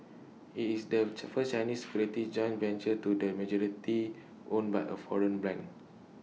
IT is the first Chinese securities joint venture to the majority owned by A foreign bank